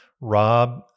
Rob